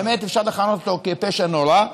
באמת אפשר לכנות אותו פשע נורא.